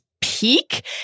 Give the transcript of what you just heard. peak